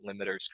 limiters